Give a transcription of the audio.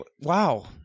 Wow